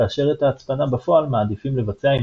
כאשר את ההצפנה בפועל מעדיפים לבצע עם